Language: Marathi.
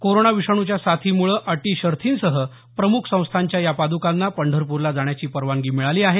कोरोना विषाणूच्या साथीमुळे अटी शर्थींसह प्रमुख संस्थानच्या पादुकांना पंढरपूरला जाण्याची परवानगी मिळाली आहे